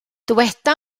dyweda